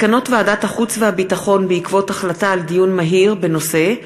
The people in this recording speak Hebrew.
מסקנות ועדת החוץ והביטחון בעקבות דיון מהיר בנושא: